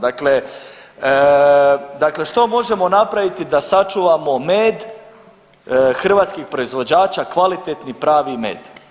Dakle, dakle što možemo napraviti da sačuvamo med hrvatskih proizvođača, kvalitetni, pravi med?